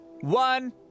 One